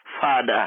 Father